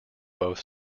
both